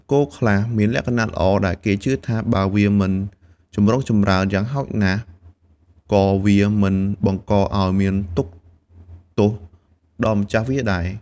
គោខ្លះមានលក្ខណៈល្អ ដែលគេជឿថា បើវាមិនចម្រុងចម្រើន យ៉ាងហោចណាស់ក៏វាមិនបង្កឱ្យមានទុក្ខទោសដល់ម្ចាស់វាដែរ។